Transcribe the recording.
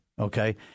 okay